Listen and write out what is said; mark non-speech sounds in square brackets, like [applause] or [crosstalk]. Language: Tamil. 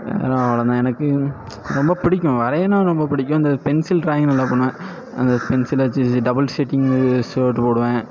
வேறே அவ்வளே தான் எனக்கு ரொம்ப பிடிக்கும் வரைகிணுன்னா ரொம்ப பிடிக்கும் அந்த பென்சில் டிராயிங் நல்லா பண்ணுவேன் அந்த பென்சிலை வச்சி டபுல் செட்டிங் [unintelligible] போடுவேன்